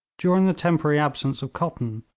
during the temporary absence of cotton,